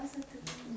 okay